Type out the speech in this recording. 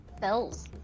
Bells